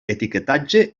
etiquetatge